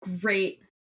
great